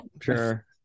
sure